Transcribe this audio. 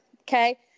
Okay